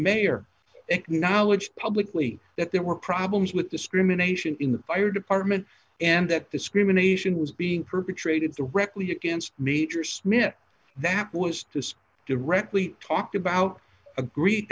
mayor acknowledged publicly that there were problems with discrimination in the fire department and that discrimination was being perpetrated the rectally against meijer smith that was to directly talked a